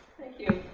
thank you.